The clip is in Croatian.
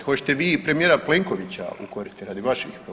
Hoćete vi premijera Plenkovića ukoriti radi vaših